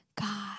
God